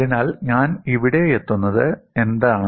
അതിനാൽ ഞാൻ ഇവിടെയെത്തുന്നത് എന്താണ്